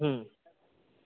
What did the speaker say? હં